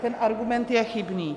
Tak ten argument je chybný.